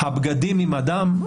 הבגדים עם הדם,